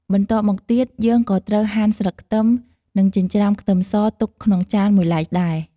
បន្ទាប់មកទៀត យើងក៏ត្រូវហាន់ស្លឹកខ្ទឹម និងចិញ្ច្រាំខ្ទឹមសទុកក្នុងចានមួយឡែកដែរ។